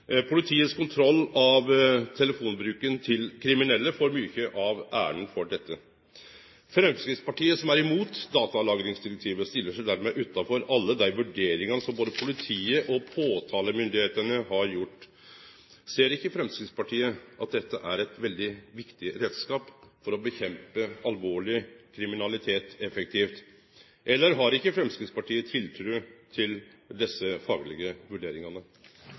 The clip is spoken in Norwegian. Politiets kontroll av telefonbruken til kriminelle får mykje av æra for dette. Framstegspartiet, som er imot datalagringsdirektivet, stiller seg dermed utanfor alle dei vurderingane som både politiet og påtalemyndigheitene har gjort. Ser ikkje Framstegspartiet at dette er ein veldig viktig reiskap for effektivt å kjempe mot alvorleg kriminalitet, eller har ikkje Framstegspartiet tiltru til desse faglege vurderingane?